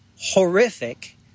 horrific